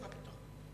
מה פתאום.